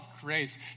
grace